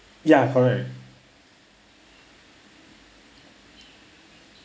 ya correct